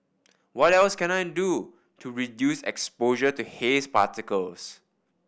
what else can I do to reduce exposure to haze particles